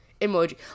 emoji